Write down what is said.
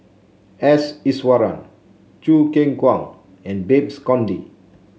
S Iswaran Choo Keng Kwang and Babes Conde